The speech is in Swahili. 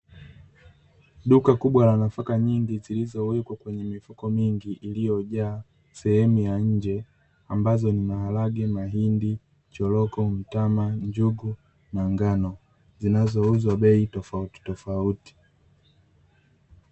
Duka kubwa la nafaka nyingi zilizowekwa kwenye mifuko mingi iliyojaa sehemu ya nje ambazo ni: maharage, mahindi, choroko, mtama, njugu na ngano; zinazouzwa bei tofautitofauti .